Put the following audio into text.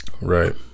Right